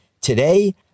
today